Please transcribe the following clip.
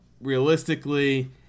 realistically